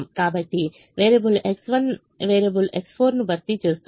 కాబట్టి variable X1 variable X4 ను భర్తీ చేస్తుంది